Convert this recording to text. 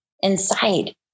inside